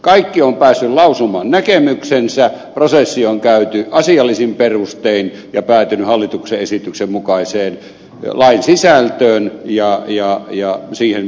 kaikki ovat päässeet lausumaan näkemyksensä prosessi on käyty asiallisin perustein ja päätynyt hallituksen esityksen mukaiseen lain sisältöön ja siihen kaikki tyytykööt